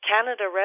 Canada